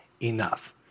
enough